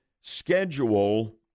schedule